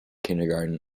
kindergarten